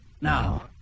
Now